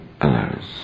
others